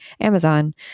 Amazon